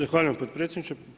Zahvaljujem potpredsjedniče.